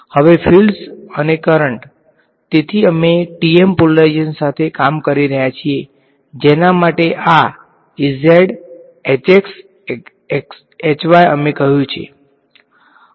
હવે ફીલ્ડસ અને કરંટ તેથી અમે TM પોલરાઈજેશન સાથે કામ કરી રહ્યા છીએ જેના માટે આ અમે કહ્યું છે